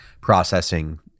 processing